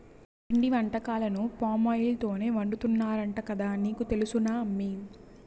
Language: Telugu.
పిండి వంటకాలను పామాయిల్ తోనే వండుతున్నారంట కదా నీకు తెలుసునా అమ్మీ